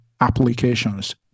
applications